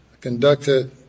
conducted